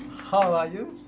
how are you?